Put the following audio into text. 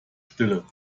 stille